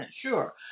sure